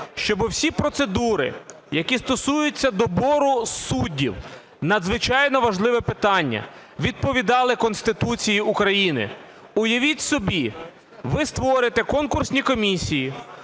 щоб всі процедури, які стосуються добору суддів - надзвичайно важливе питання, - відповідали Конституції України. Уявіть собі, ви створите конкурсні комісії